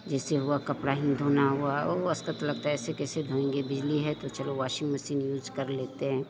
जिससे होगा कपड़ा ही धोना हुआ ओ आसकत लगता है ऐसे कैसे धोएंगे बिजली है तो चलो वाशिंग मशीन यूज़ कर लेते हैं